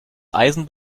eisen